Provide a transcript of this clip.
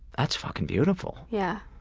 that's fucking beautiful yeah